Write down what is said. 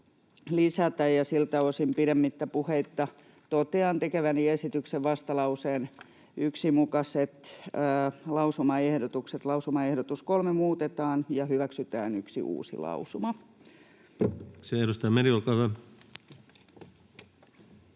lisätä. Siltä osin pidemmittä puheitta totean tekeväni esitykseen vastalauseen 1 mukaiset lausumaehdotukset. Lausumaehdotus 3 muutetaan ja hyväksytään yksi uusi lausuma. Kiitoksia. — Edustaja Meri, olkaa hyvä.